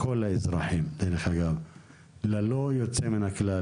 כל האזרחים ללא יוצא מהכלל,